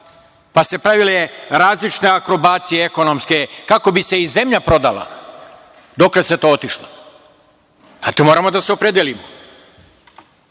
su se pravile različite akrobacije ekonomske kako bi se i zemlja prodala. Dokle je to otišlo. Moramo da se opredelimo,